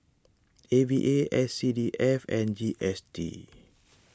A V A S C D F and G S T